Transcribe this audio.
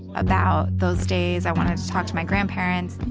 about those days. i wanted to talk to my grandparents.